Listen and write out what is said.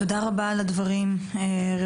תודה רבה על הדברים רויטל,